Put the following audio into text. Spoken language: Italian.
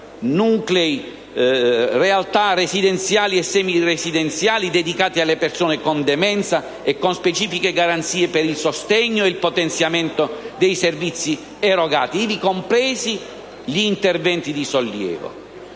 nuclei, realtà residenziali e semiresidenziali dedicati alle persone con demenza, con specifiche garanzie per il sostegno e il potenziamento dei servizi erogati, ivi compresi gli interventi di sollievo.